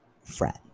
friend